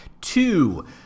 Two